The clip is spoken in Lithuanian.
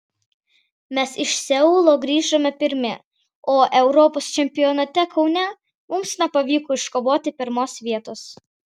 mes iš seulo grįžome pirmi o europos čempionate kaune mums nepavyko iškovoti pirmos vietos